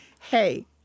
Hey